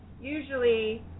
usually